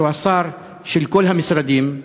שהוא השר של כל המשרדים,